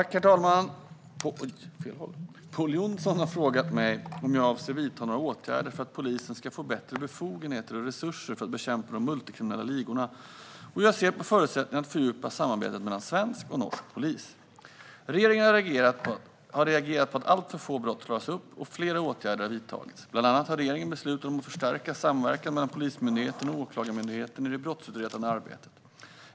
Herr talman! Pål Jonson har frågat mig om jag avser att vidta några åtgärder för att polisen ska få bättre befogenheter och resurser för att bekämpa de multikriminella ligorna och hur jag ser på förutsättningarna att fördjupa samarbetet mellan svensk och norsk polis. Regeringen har reagerat på att alltför få brott klaras upp, och flera åtgärder har vidtagits. Bland annat har regeringen beslutat om förstärkt samverkan mellan Polismyndigheten och Åklagarmyndigheten i det brottsutredande arbetet.